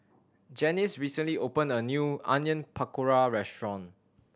Janyce recently opened a new Onion Pakora Restaurant